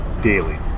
daily